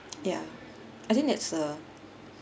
ya I think it's a